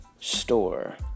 store